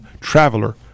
Traveler